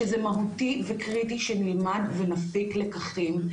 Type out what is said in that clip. שזה מהותי וקריטי שנלמד ונפיק לקחים,